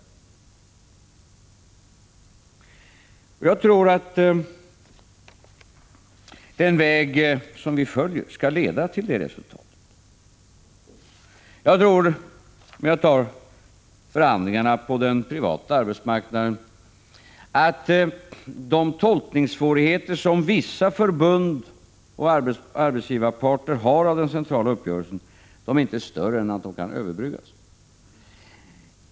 Jag tror att den väg vi följer skall leda till det resultat vi förutsatt. När det exempelvis gäller förhandlingarna på den privata arbetsmarknaden tror jag inte att de tolkningssvårigheter i fråga om den centrala uppgörelsen som vissa förbund och arbetsgivarparter har är större än att de kan överbryggas.